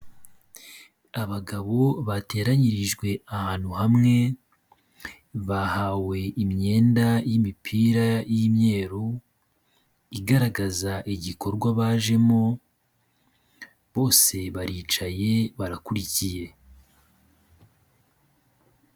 Abagabo bateranyirijwe ahantu hamwe, bahawe imyenda y'imipira y'imyeru igaragaza igikorwa bajemo, bose baricaye, barakurikiye.